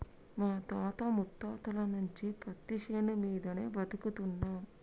మా తాత ముత్తాతల నుంచి పత్తిశేను మీదనే బతుకుతున్నం